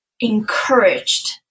Encouraged